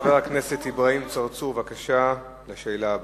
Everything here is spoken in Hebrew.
חבר הכנסת אברהים צרצור, לשאלה הבאה.